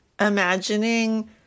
imagining